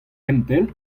gentel